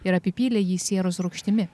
ir apipylė jį sieros rūgštimi